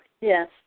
Yes